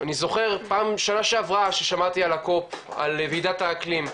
אני זוכר פעם בשנה שעברה ששמעתי על ועידת האקלים,